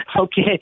okay